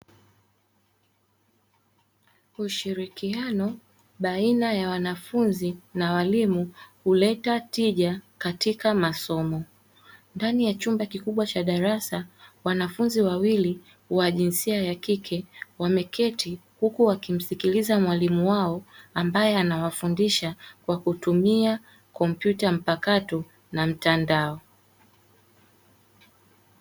Ushirikiano baina ya wanafunzi na walimu huleta tija katika masomo, ndani ya chumba kikubwa cha darasa wanafunzi wawili wa jinsia ya kike wameketi huku wakimsikiliza mwalimu wao ambaye anawafundisha kwa kutumia kompyuta mpakato na mtandao.